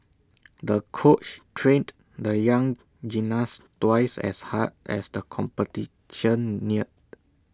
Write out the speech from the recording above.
the coach trained the young gymnast twice as hard as the competition neared